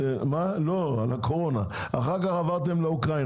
אבל כך עברתם לאוקראינה.